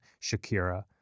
Shakira